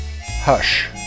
Hush